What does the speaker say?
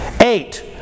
Eight